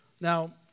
Now